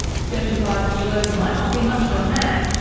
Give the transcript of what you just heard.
seventy five kilos might not be much for a man,